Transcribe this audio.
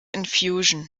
infusion